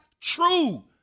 true